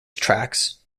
tracks